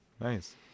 Nice